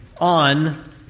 on